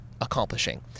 accomplishing